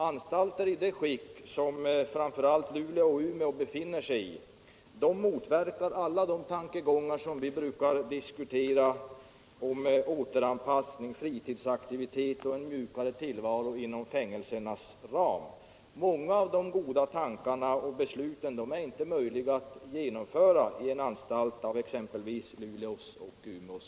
Anstalter i det skick som framför allt de i Luleå och Umeå befinner sig i motverkar alla tankegångar som vi brukar diskutera om återanpassning, fritidsaktivitet och en mjukare tillvaro inom fängelsernas ram. Många av de goda tankarna och besluten är inte möjliga att genomföra i anstalter som exempelvis Luleås och Umeås.